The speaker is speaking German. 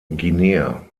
guinea